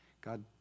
God